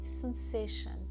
sensation